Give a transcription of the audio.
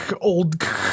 old